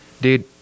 dude